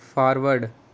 forward